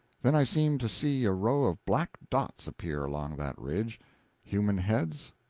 then i seemed to see a row of black dots appear along that ridge human heads?